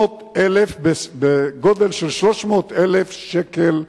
בגובה של 300,000 שקל בשנה.